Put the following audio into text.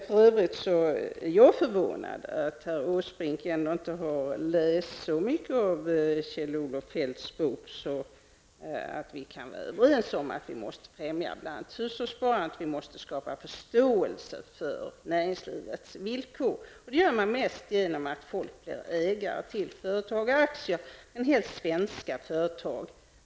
För övrigt är jag förvånad över att herr Åsbrink ändå inte har läst så mycket av Kjell-Olof Feldts bok att vi kan vara överens om att vi måste främja bl.a. hushållssparandet. Vi måste skapa förståelse för näringslivets villkor. Och det gör man bäst genom att folk blir ägare till företag, aktier, men helst svenska företag.